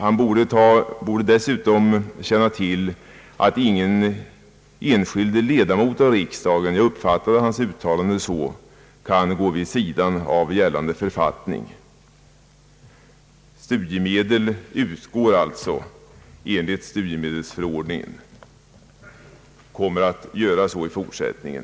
Han borde dessutom känna till att ingen enskild ledamot av riksdagen kan gå vid sidan av gällande författning. Studiemedel utgår alltså enligt studiemedelsförordningen och kommer att göra det i fortsättningen.